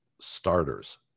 starters